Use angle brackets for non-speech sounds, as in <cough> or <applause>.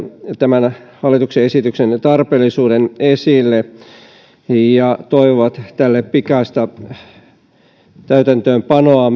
tämän hallituksen esityksen tarpeellisuuden esille ja toivovat tälle myöskin pikaista täytäntöönpanoa <unintelligible>